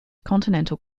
continental